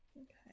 okay